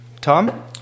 Tom